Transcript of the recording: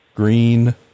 Green